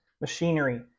machinery